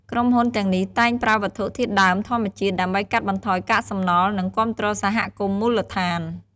ក្រុមហ៊ុនទាំងនេះតែងប្រើប្រាស់វត្ថុធាតុដើមធម្មជាតិ ដើម្បីកាត់បន្ថយកាកសំណល់ និងគាំទ្រសហគមន៍មូលដ្ឋាន។